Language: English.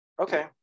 Okay